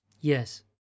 Yes